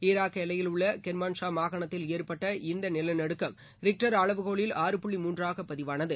Iraq எல்லையில் உள்ள Kermanshah மாகாணத்தில் ஏற்பட்ட இந்த நிலநடுக்கம் ரிக்டர் அளவு கோலில் ஆறு புள்ளி மூன்றாக பதிவானது